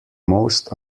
most